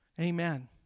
Amen